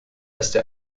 erste